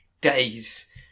Days